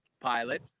pilot